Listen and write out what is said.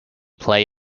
play